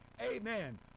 amen